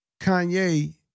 Kanye